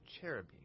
cherubim